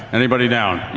anybody down?